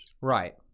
Right